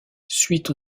suite